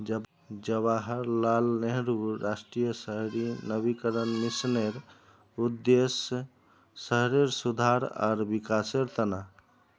जवाहरलाल नेहरू राष्ट्रीय शहरी नवीकरण मिशनेर उद्देश्य शहरेर सुधार आर विकासेर त न